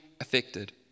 affected